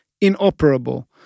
inoperable